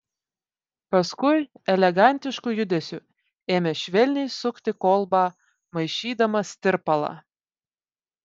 paskui elegantišku judesiu ėmė švelniai sukti kolbą maišydamas tirpalą